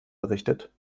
errichtet